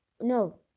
No